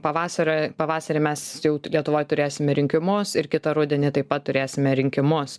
pavasario pavasarį mes jau lietuvoj turėsime rinkimus ir kitą rudenį taip pat turėsime rinkimus